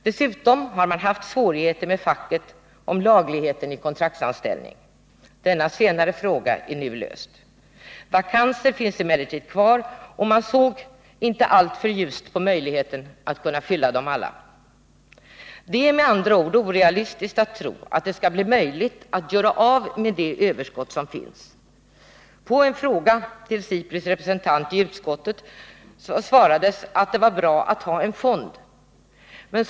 Vidare har SIPRI haft svårigheter med facket beträffande lagligheten i kontraktsanställning, men denna fråga är nu löst. Vakanser finns emellertid kvar, och man ser inte alltför ljust på möjligheten att kunna besätta alla vakanser. Det är med andra ord orealistiskt att tro att det skall bli möjligt att göra av med det överskott som nu finns. På en fråga i utskottet svarade SIPRI:s representant att det var bra att ha en fond.